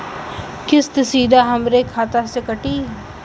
किस्त सीधा हमरे खाता से कटी?